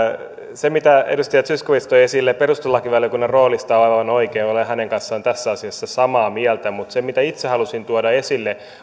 se mitä edustaja zyskowicz toi esille perustuslakivaliokunnan roolista on aivan oikein ja olen hänen kanssaan tässä asiassa samaa mieltä mutta se mitä itse halusin tuoda esille